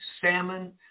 salmon